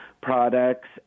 products